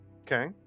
Okay